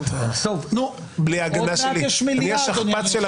נו, עוד מעט יש מליאה אדוני היושב-ראש.